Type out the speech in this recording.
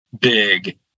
Big